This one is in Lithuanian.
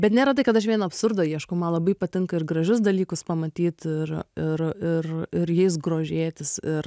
bet nėra tai kad aš vien absurdą ieškau man labai patinka ir gražius dalykus pamatyt ir ir ir ir jais grožėtis ir